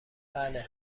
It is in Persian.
بله